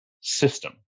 system